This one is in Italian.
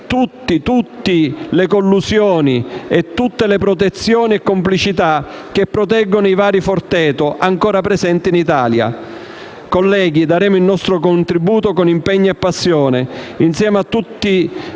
tutte le collusioni e tutte le protezioni e complicità, che proteggono i vari Forteto ancora presenti in Italia. Colleghi, daremo il nostro contributo con impegno e passione, insieme a tutti i